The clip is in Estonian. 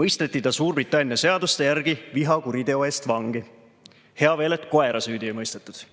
mõisteti ta Suurbritannia seaduste järgi vihakuriteo eest vangi. Hea veel, et koera süüdi ei mõistetud.